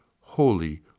Holy